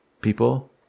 People